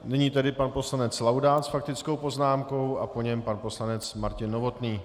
Nyní tedy pan poslanec Laudát s faktickou poznámkou a po něm pan poslanec Martin Novotný.